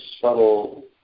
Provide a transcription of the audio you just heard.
subtle